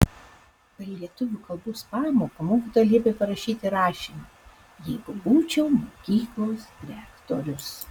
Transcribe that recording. per lietuvių kalbos pamoką mokytoja liepė parašyti rašinį jeigu būčiau mokyklos direktorius